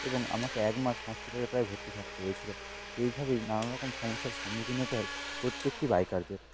এবং আমাকে এক মাস হসপিটালে প্রায় ভর্তি থাকতে হয়েছিল এইভাবেই নানান রকম সমস্যার সম্মুখীন হতে হয় প্রত্যেকটি বাইকারদের